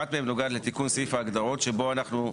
אחת מהן נוגעת לתיקון סעיף ההגדרות שבו אנחנו,